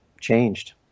changed